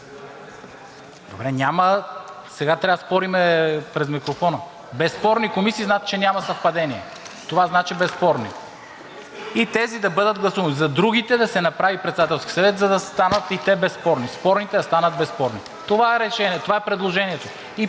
сега трябва да спорим през микрофона. Безспорни комисии значи, че няма съвпадение, това значи безспорни, и тези да бъдат гласувани. За другите да се направи Председателски съвет, за да станат и те безспорни, спорните да станат безспорни. Това е решението, това е предложението